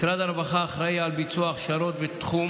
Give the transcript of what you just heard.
משרד הרווחה אחראי לביצוע הכשרות בתחום